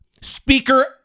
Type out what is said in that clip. Speaker